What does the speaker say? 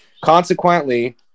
Consequently